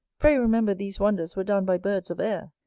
pray remember these wonders were done by birds of air,